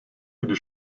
für